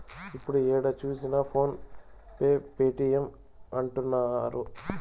ఇప్పుడు ఏడ చూసినా ఫోన్ పే పేటీఎం అంటుంటారు